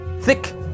thick